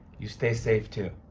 you stay safe, too.